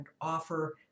offer